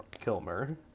Kilmer